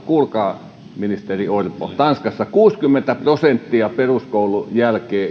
kuulkaa ministeri orpo kuusikymmentä prosenttia jatkaa peruskoulun jälkeen